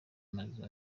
amazu